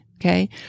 Okay